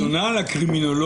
ביקשתי את הרציונל הקרימינולוגי,